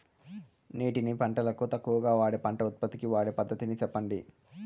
నీటిని పంటలకు తక్కువగా వాడే పంట ఉత్పత్తికి వాడే పద్ధతిని సెప్పండి?